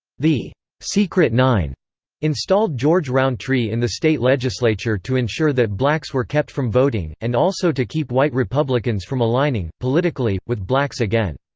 the secret nine installed george rountree in the state legislature to ensure that blacks were kept from voting, and also to keep white republicans from aligning, politically, with blacks again.